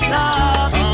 talk